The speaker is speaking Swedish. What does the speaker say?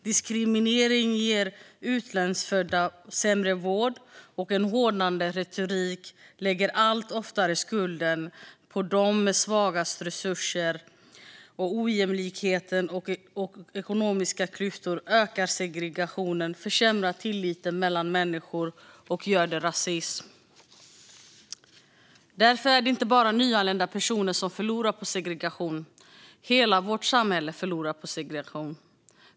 Diskriminering ger utlandsfödda sämre vård, och en hårdnande retorik lägger allt oftare skulden på dem med svagast resurser. Ojämlikhet och ekonomiska klyftor ökar segregationen, försämrar tilliten mellan människor och göder rasism. Därför är det inte bara nyanlända personer som förlorar på segregationen, utan hela vårt samhälle förlorar på segregation.